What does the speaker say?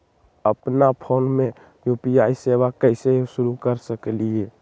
अपना फ़ोन मे यू.पी.आई सेवा कईसे शुरू कर सकीले?